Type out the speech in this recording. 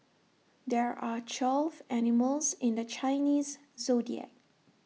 there are twelve animals in the Chinese Zodiac